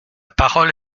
parole